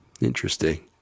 Interesting